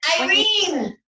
Irene